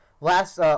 last